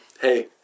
Hey